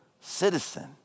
citizen